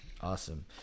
Awesome